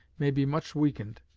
may be much weakened,